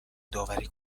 داوری